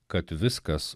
kad viskas